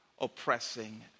oppressing